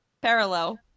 parallel